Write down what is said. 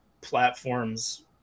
platforms